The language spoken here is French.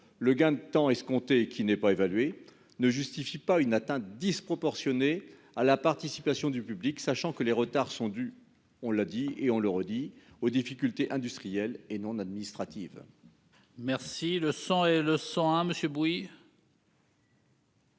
Le gain de temps escompté, qui n'est d'ailleurs pas évalué, ne justifie pas une atteinte disproportionnée à la participation du public, sachant que les retards sont dus- on l'a dit et on le redit -aux difficultés industrielles et non administratives.